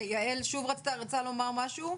יעל שוב רצתה לומר משהו,